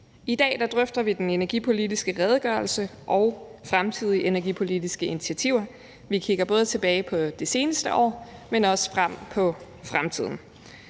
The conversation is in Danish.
I dag drøfter vi den energipolitiske redegørelse og fremtidige energipolitiske initiativer. Vi kigger både tilbage på det seneste år, men også ud i fremtiden.